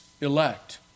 elect